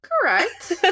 correct